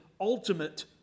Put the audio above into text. ultimate